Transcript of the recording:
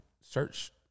search